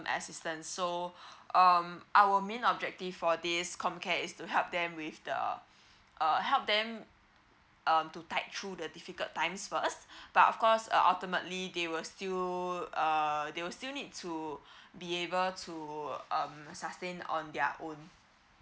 assistance so um our main objective for this com care is to help them with the err help them um to tight through the difficult times first but of course uh ultimately they will still err they will still need to be able to um sustain on their own